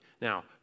Now